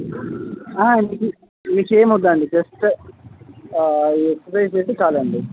అహా ఇంకేమి వద్దండి జస్ట్ ఈ ఎక్సర్సైజ్ చేస్తే చాలండి